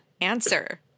answer